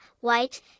white